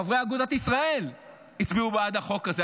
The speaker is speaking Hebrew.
חברי אגודת ישראל הצביעו בעד החוק הזה.